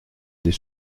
des